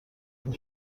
این